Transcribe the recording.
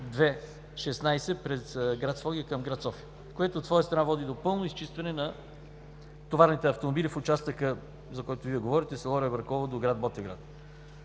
II-16 през град Своге към град София, което от своя страна води до пълно изчистване на товарните автомобили в участъка, за който Вие говорите – от село Ребърково до град Ботевград.